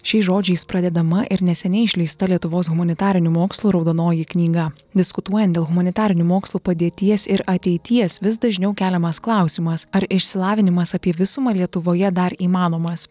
šiais žodžiais pradedama ir neseniai išleista lietuvos humanitarinių mokslų raudonoji knyga diskutuojant dėl humanitarinių mokslų padėties ir ateities vis dažniau keliamas klausimas ar išsilavinimas apie visumą lietuvoje dar įmanomas